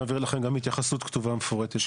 נעביר לכם גם התייחסות כתובה מפורטת.